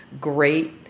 great